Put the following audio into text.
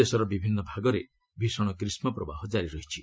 ଦେଶର ବିଭିନ୍ନ ଭାଗରେ ଭୀଷଣ ଗ୍ରୀଷ୍କପ୍ରବାହ ଜାରି ରହିଛି